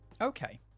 Okay